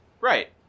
Right